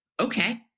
okay